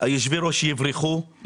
יושבי-הראש יברחו,